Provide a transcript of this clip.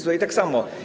Tutaj tak samo.